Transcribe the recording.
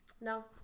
No